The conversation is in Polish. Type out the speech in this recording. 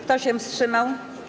Kto się wstrzymał?